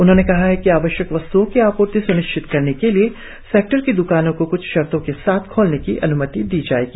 उन्होंने कहा कि आवश्यक वस्त्ओं की आपूर्ति सुनिश्चित करने के लिए सेक्टर की दुकानों को कुछ शर्तों के साथ खोलने की अनुमति दी जाएगी